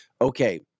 Okay